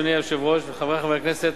אדוני היושב-ראש וחברי חברי הכנסת,